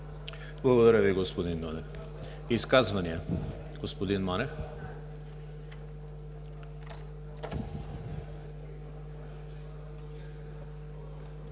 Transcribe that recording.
Благодаря Ви, господин Нунев. Изказвания? Господин Манев.